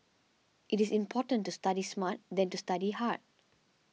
it is important to study smart than to study hard